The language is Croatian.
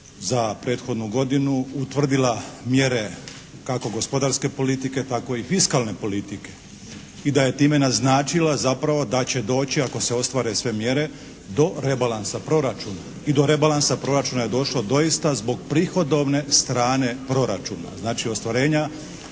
za prethodnu godinu utvrdila mjere kako gospodarske politike, tako i fiskalne politike i da je time naznačila zapravo da će doći, ako se ostvare sve mjere do rebalansa proračuna i do rebalansa proračuna je došlo doista zbog prihodovne strane proračuna, znači ostvarenja